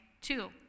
Two